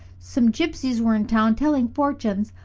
some gypsies were in town, telling fortunes.